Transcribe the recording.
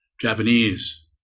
Japanese